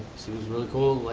she was really cool.